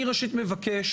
ראשית אני מבקש,